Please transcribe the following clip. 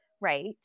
right